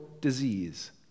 disease